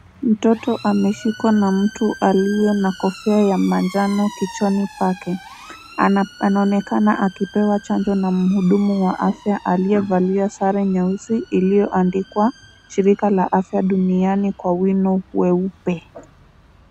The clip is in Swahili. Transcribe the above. Mtoto ameshikwa na mtu aliye na kofia ya manjano kichwani pake. Anaonekana akipewa chanjo na mhudumu wa afya aliyevalia sare nyeusi iliyoandikwa shirika la afya duniani kwa wino weupe.